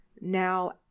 Now